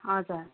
हजुर